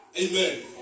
Amen